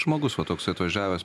žmogus va toks atvažiavęs